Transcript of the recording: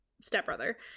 stepbrother